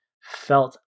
felt